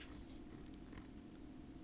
Temt Temt 有很多